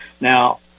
Now